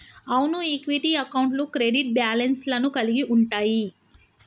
అవును ఈక్విటీ అకౌంట్లు credit balance లను కలిగి ఉంటయ్యి